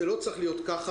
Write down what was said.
זה לא צריך להיות ככה.